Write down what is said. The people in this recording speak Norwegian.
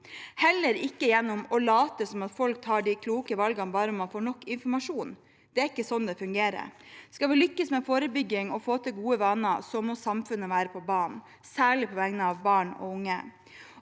heller ikke gjennom å late som at folk tar de kloke valgene bare de får nok informasjon. Det er ikke slik det fungerer. Skal vi lykkes med forebygging og å få til gode vaner, må samfunnet være på banen, særlig på vegne av barn og unge.